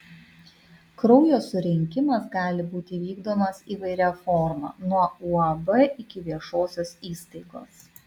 kraujo surinkimas gali būti vykdomas įvairia forma nuo uab iki viešosios įstaigos